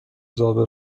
زابه